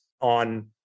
on